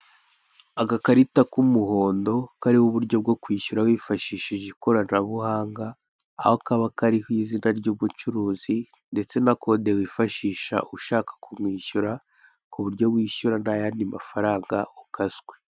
Agakarita k'umuhondo kariho uburyo bwo kwishyura wifashishije ikoranabuhanga aho kaba kariho izina ry'umucuruzi ndetse na kode wifashisha ushaka kumwishyura ku buryo wishyura ntayandi mafaranga ukatswe.